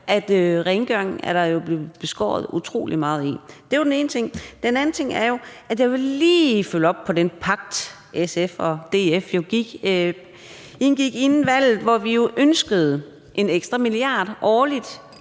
at rengøringen er blevet beskåret utrolig meget. Det var den ene ting. Den anden ting, jeg lige vil følge op på, er den pagt, SF og DF jo indgik inden valget, hvor vi jo ønskede en ekstra milliard årligt,